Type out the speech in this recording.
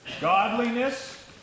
Godliness